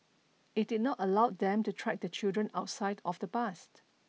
it did not allow them to track the children outside of the bus